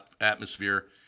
atmosphere